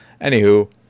Anywho